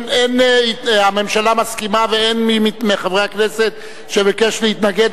הממשלה מסכימה ואין מי מחברי הכנסת שביקש להתנגד.